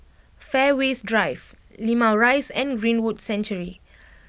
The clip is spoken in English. Fairways Drive Limau Rise and Greenwood Sanctuary